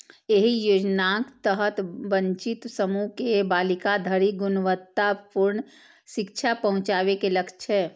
एहि योजनाक तहत वंचित समूह के बालिका धरि गुणवत्तापूर्ण शिक्षा पहुंचाबे के लक्ष्य छै